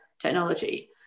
technology